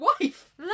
wife